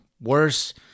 Worse